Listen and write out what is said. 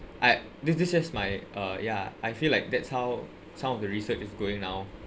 I this this just my uh ya I feel like that's how some of the research is going now